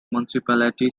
municipality